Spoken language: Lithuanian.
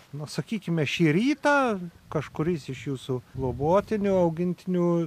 nu sakykime šį rytą kažkuris iš jūsų globotinių augintinių